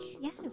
Yes